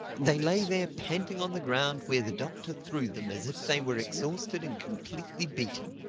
they lay there panting on the ground where the doctor threw them as if they were exhausted and completely beaten.